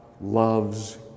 loves